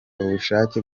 ubushake